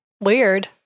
Weird